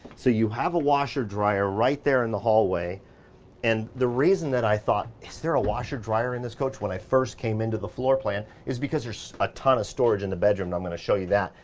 so you have a washer dryer right there in the hallway and the reason that i thought is there a washer dryer in this coach when i first came into the floor plan is because there's a ton of storage in the bedroom and i'm gonna show you that,